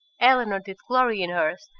eleanor did glory in hers,